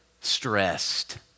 stressed